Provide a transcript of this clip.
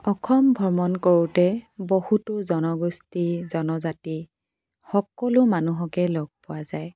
অসম ভ্ৰমণ কৰোঁতে বহুতো জনগোষ্ঠী বহুতো জনজাতি সকলো মানুহকে লগ পোৱা যায়